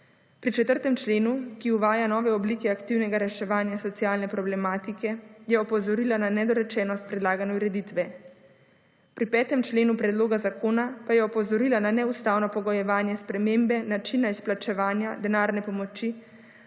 Pri 4. členu, ki uvaja nove oblike aktivnega reševanja socialne problematike, je opozorila na nedorečenost predlagane ureditve. Pri 5. členu predloga zakona pa je opozorila na neustavno pogojevanje spremembe načina izplačevanja denarne pomoči